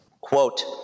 quote